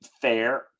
fair